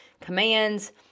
commands